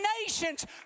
nations